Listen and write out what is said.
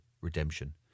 Redemption